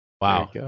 Wow